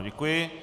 Děkuji.